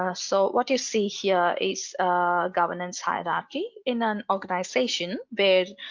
ah so what you see here is a governance hierarchy in an organization, but